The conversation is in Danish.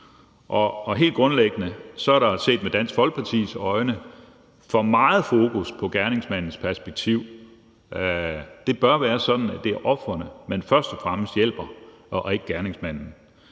Helt grundlæggende er der set med Dansk Folkepartis øjne for meget fokus på gerningsmandens perspektiv. Det bør være sådan, at det er ofrene, man først og fremmest hjælper, og ikke gerningsmanden.